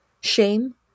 shame